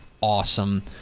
awesome